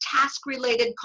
task-related